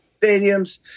stadiums